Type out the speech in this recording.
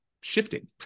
shifting